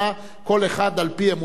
כל אחד על-פי אמונתו,